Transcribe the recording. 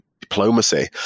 diplomacy